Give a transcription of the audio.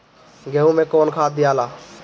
गेहूं मे कौन खाद दियाला?